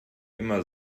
immer